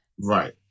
Right